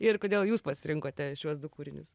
ir kodėl jūs pasirinkote šiuos du kūrinius